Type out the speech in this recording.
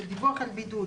של אי-דיווח על בידוד,